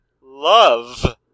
Love